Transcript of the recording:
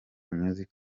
music